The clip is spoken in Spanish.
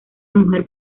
mujer